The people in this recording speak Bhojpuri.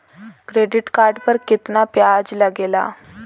क्रेडिट कार्ड पर कितना ब्याज लगेला?